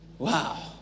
Wow